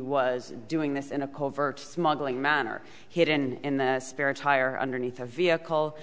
was doing this in a covert smuggling manner hidden in the spirits higher underneath a vehicle